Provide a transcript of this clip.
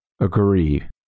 agree